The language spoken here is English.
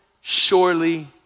surely